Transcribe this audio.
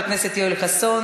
תודה רבה לחבר הכנסת יואל חסון.